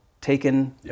taken